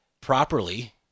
properly